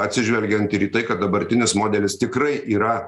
atsižvelgiant ir į tai kad dabartinis modelis tikrai yra